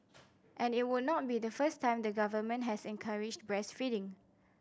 and it would not be the first time the government has encouraged breastfeeding